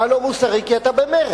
אתה לא מוסרי כי אתה במרצ.